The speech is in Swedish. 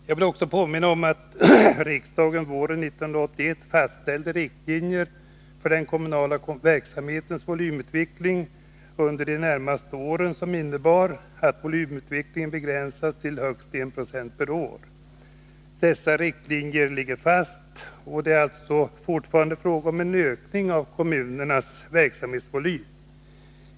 Jag vill också påminna om att riksdagen våren 1981 fastställde riktlinjer för den kommunala verksamhetens volymutveckling under de närmaste åren, som innebär att volymökningen begränsas till högst 1 96 per år. Dessa riktlinjer ligger fast, och det är alltså fortfarande fråga om en ökning av kommunernas verksamhetsvolym.